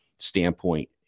Standpoint